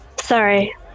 Sorry